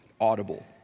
audible